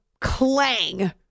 clang